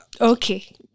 Okay